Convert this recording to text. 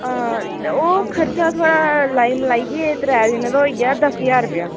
हां ओह् खर्चा थुआढ़ा लाई मलाइयै त्रै जनें दा होई गेआ दस्स ज्हार रपेआ